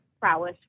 prowess